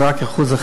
זה רק 1%,